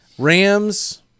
Rams